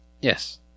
Yes